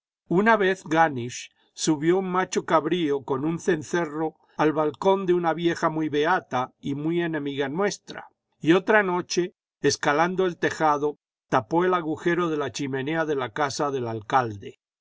una vez ganisch subió un macho cabrío con un cencerro al balcón de una vieja muy beata y muy enemiga nuestra y otra noche escalando el tejado tapó el agujero de la chimenea de la casa del alcalde